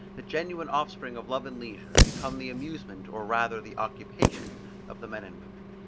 the genuine offspring of love and leisure, become the amusement or rather the occupation of the men and women,